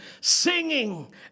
Singing